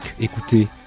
écoutez